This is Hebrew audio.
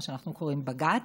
מה שאנחנו קוראים לו בג"ץ.